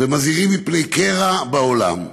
ומזהירים מפני קרע בעולם,